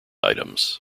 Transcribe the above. items